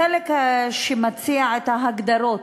החלק שמציע את ההגדרות,